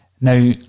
Now